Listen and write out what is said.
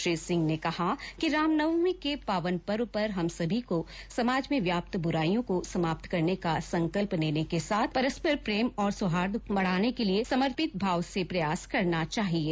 श्री सिंह ने कहा है कि रामनवमी के पावन पर्व पर हम सभी को समाज में व्याप्त बुराइयों को समाप्त करने का संकल्प लेने के साथ परस्पर प्रेम और सौहाई को बढ़ाने के लिए समर्पित भाव से प्रयास करना चाहिये